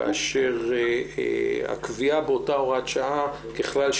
כאשר הקביעה באותה הוראת שעה ככלל,